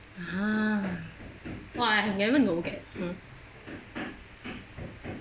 !huh! !wah! I have never know that